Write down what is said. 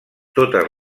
totes